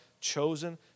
chosen